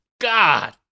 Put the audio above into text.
God